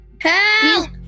Help